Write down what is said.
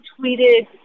tweeted